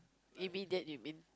immediate you mean